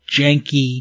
janky